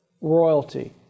royalty